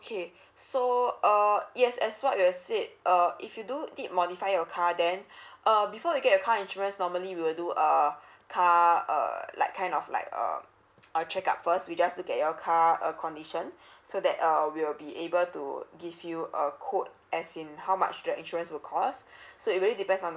okay so uh yes as what we are said uh if you do did modify your car then uh before we get a car insurance normally we will do uh car err like kind of like err a check up first we just look at your car uh condition so that uh we will be able to give you a quote as in how much the insurance will cost so it really depends on